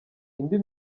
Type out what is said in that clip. indi